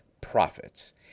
profits